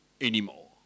anymore